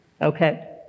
Okay